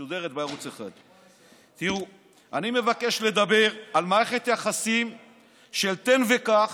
בערוץ 1. אני מבקש לדבר על מערכת יחסים של תן וקח,